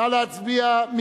נא להצביע.